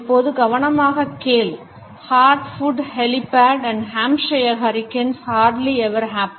ஆம் இப்போது கவனமாகக் கேள் heart food helipad and hampshire hurricanes hardly ever happen